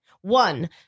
One